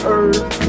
earth